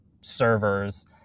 servers